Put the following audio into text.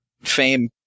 Fame